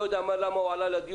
אני לא יודע למה הוא עלה לדיון,